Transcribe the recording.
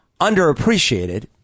underappreciated